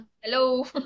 Hello